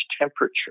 temperature